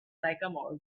sycamore